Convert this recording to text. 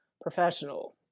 professional